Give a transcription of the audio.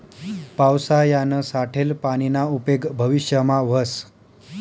पावसायानं साठेल पानीना उपेग भविष्यमा व्हस